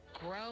Grow